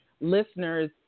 listeners